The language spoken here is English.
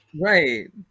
Right